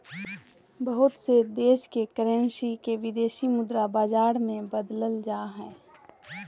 बहुत से देश के करेंसी के विदेशी मुद्रा बाजार मे बदलल जा हय